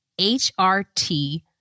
HRT